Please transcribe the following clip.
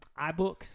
iBooks